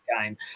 game